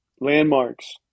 landmarks